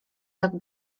tak